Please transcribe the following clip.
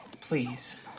please